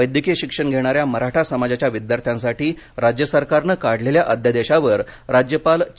वैद्यकीय शिक्षण घेणाऱ्या मराठा समाजाच्या विद्यार्थ्यासाठी राज्य सरकारनं काढलेल्या अध्यादेशावर राज्यपाल चे